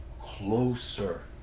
Closer